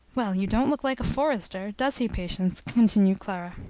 well, you don't look like a forester does he, patience? continued clara.